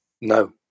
no